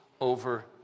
over